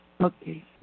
Okay